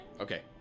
Okay